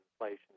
inflation